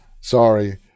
Sorry